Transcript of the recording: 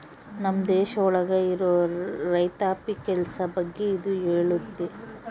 ನಮ್ ದೇಶ ಒಳಗ ಇರೋ ರೈತಾಪಿ ಕೆಲ್ಸ ಬಗ್ಗೆ ಇದು ಹೇಳುತ್ತೆ